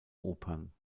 opern